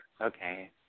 Okay